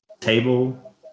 table